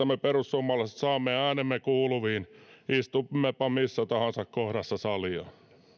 me perussuomalaiset saamme äänemme kuuluviin istummepa missä tahansa kohdassa salia